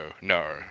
no